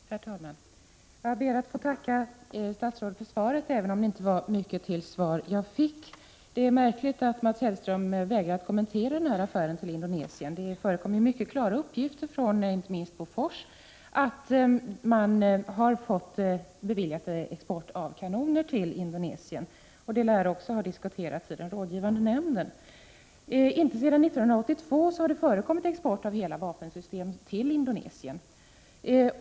Herr talman! Jag ber att få tacka statsrådet för svaret, även om det inte var mycket till svar jag fick. Det är märkligt att Mats Hellström vägrar att kommentera affären med Indonesien. Det förekommer mycket klara uppgifter, inte minst från Bofors, om att man har fått tillstånd beviljat för export av kanoner till Indonesien. Det lär också ha diskuterats i den rådgivande nämnden. Inte sedan 1982 har det förekommit export av hela vapensystem till Indonesien.